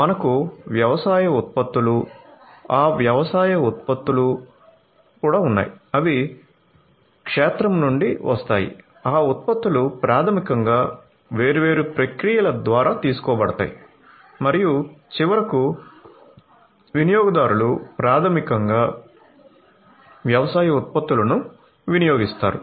మనకు వ్యవసాయ ఉత్పత్తులు ఆ వ్యవసాయ ఉత్పత్తులు ఉన్నాయి అవి క్షేత్రం నుండి వస్తాయి ఆ ఉత్పత్తులు ప్రాథమికంగా వేర్వేరు ప్రక్రియల ద్వారా తీసుకోబడతాయి మరియు చివరకు వినియోగదారులు ప్రాథమికంగా వ్యవసాయ ఉత్పత్తులను వినియోగిస్తారు